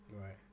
right